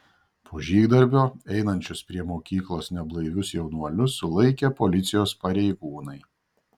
po žygdarbio einančius prie mokyklos neblaivius jaunuolius sulaikė policijos pareigūnai